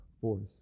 force